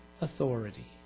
authority